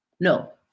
No